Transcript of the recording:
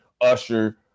Usher